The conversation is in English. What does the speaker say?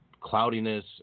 Cloudiness